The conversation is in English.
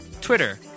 Twitter